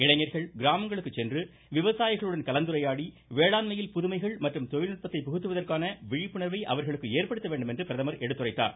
இளைஞர்கள் கிராமங்களுக்குச் சென்று விவசாயிகளுடன் கலந்துரையாடி வேளாண்மையில் புதுமைகள் மற்றும் தொழில்நுட்பத்தை புகுத்துவதற்கான விழிப்புணர்வை அவர்களுக்கு ஏற்படுத்த வேண்டும் என்று பிரதமர் எடுத்துரைத்தார்